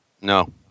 no